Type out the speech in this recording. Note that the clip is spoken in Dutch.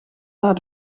naar